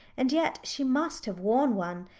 and yet she must have worn one,